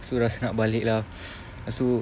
so rasa nak balik lah